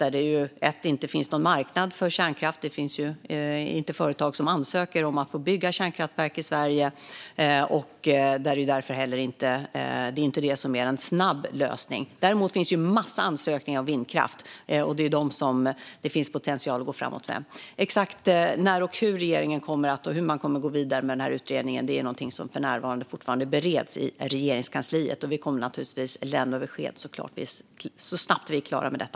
Det finns ingen marknad för kärnkraft; det finns inga företag som ansöker om att få bygga kärnkraftverk i Sverige, och därför är det inte en snabb lösning. Däremot finns det massor av ansökningar om vindkraft, och det är dem det finns potential att gå framåt med. Exakt när och hur regeringen kommer att gå vidare med den här utredningen är något som fortfarande bereds i Regeringskansliet, och vi kommer naturligtvis att lämna besked så snart vi är klara med detta.